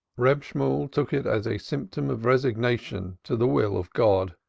reb shemuel took it as a symptom of resignation to the will of god,